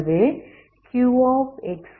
ஆகவே Qx tgp